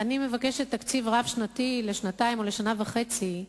אני מבקשת תקציב רב-שנתי לשנתיים או לשנה וחצי,